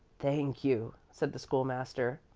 thank you, said the school-master.